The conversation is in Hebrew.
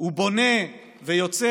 הוא בונה ויוצר.